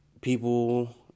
people